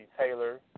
Taylor